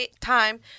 time